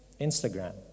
Instagram